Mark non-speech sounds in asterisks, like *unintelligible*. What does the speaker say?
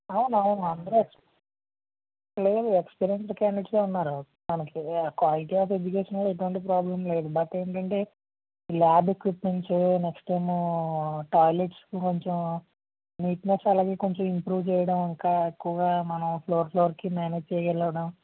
అవును అందరూ *unintelligible* లేదు ఎక్స్పీరియన్స్డ్ క్యాండిడేట్స్యే ఉన్నారు మనకి క్వాలిటీ ఆఫ్ ఎడ్యుకేషన్లో ఎటువంటి ప్రాబ్లము లేదు బట్ ఏమిటి అంటే ల్యాబ్ ఎక్విప్మెంట్సు నెక్స్ట్ ఏమో టాయిలెట్స్ కొంచెం నీట్నెస్ అలాగే కొంచెం ఇంప్రూవ్ చేయడం ఇంకా ఎక్కువగ మనం ఫ్లోర్ ఫ్లోర్కి మేనేజ్ చేయగలడం